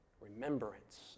Remembrance